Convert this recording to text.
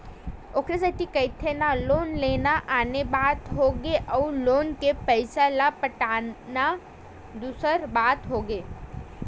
ओखरे सेती कहिथे ना लोन लेना आने बात होगे अउ लोन के पइसा ल पटाना दूसर बात होगे